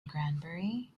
granbury